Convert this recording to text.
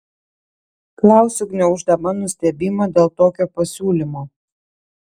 klausiu gniauždama nustebimą dėl tokio pasiūlymo